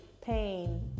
pain